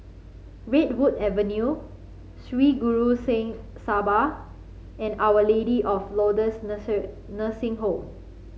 Redwood Avenue Sri Guru Singh Sabha and Our Lady of Lourdes Nursing Home